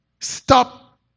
stop